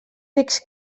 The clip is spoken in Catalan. rics